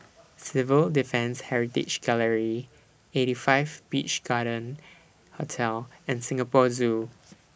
Civil Defence Heritage Gallery eighty five Beach Garden Hotel and Singapore Zoo